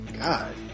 God